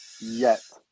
Yes